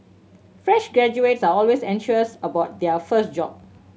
fresh graduates are always anxious about their first job